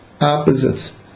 opposites